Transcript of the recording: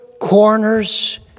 corners